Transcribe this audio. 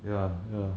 ya ya